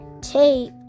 tape